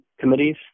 committees